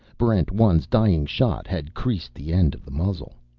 barrent one s dying shot had creased the end of the muzzle.